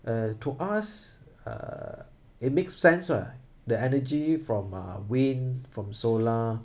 uh to us uh it makes sense lah the energy from uh wind from solar